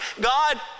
God